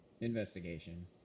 Investigation